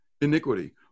iniquity